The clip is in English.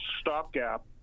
stopgap